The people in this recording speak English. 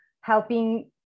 helping